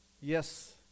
Yes